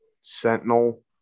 Sentinel